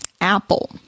Apple